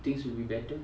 things will be better